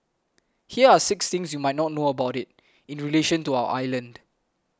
here are six things you might not know about it in relation to our island